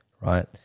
right